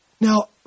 Now